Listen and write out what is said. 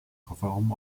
kofferraum